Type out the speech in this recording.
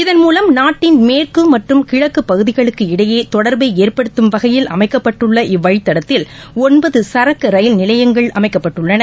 இதன் மூலம் நாட்டின் மேற்கு மற்றும் கிழக்கு பகுதிகளுக்கு இடையே தொடர்பை ஏற்படுத்தும் வகையில் அமைக்கப்பட்டுள்ள இவ்வழித் தடத்தில் ஒன்பது சரக்கு ரயில் நிலையங்கள் அமைக்கப்பட்டுள்ளன